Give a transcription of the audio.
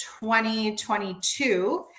2022